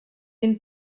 jen